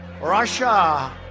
Russia